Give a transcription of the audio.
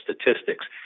statistics